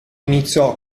iniziò